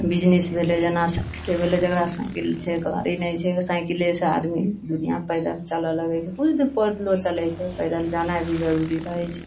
business भेलै जेना साइकिले भेलै जेकरा साइकिल छै गाड़ी नहि छै साँइकिले से आदमी दुनियाँ पैदल चलऽ लगै छै किछु दुर पैदलो चलै छै पैदल जाना भी जरूरी रहै छै